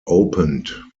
opened